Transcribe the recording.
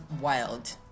wild